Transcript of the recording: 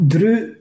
Drew